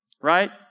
Right